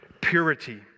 Purity